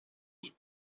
lake